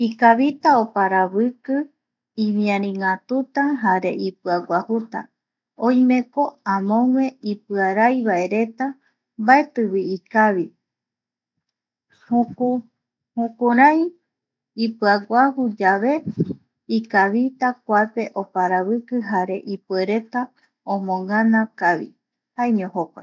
Ikavita oparaviki, imiari ngatuta jare ipiaguajuta, oimeko amogue ipiarai vaereta mbaetivi ikavi juku, jokurai ipiaguaju yave ikavita kuape oparaviki jare ipuereta omoganakavi, jaeño jokua.